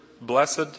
blessed